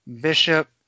Bishop